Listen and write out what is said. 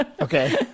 Okay